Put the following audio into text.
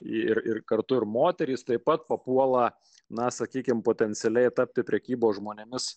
ir kartu ir moterys taip pat papuola na sakykime potencialiai tapti prekybos žmonėmis